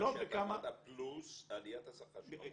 מה שאתה אמרת פלוס עליית השכר של המורים.